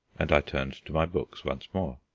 and i turned to my books once more.